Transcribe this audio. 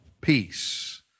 peace